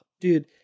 dude